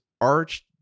arched